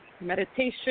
meditation